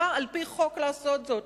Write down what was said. אפשר על-פי חוק לעשות זאת.